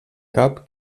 cap